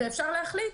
אפשר להחליט